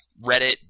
Reddit